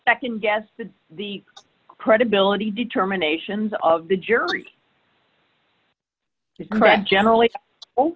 not nd guess the the credibility determinations of the jury is correct generally o